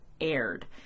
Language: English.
aired